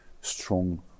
strong